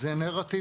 זה נרטיב